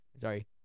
Sorry